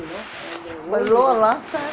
last time